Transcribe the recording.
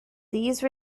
these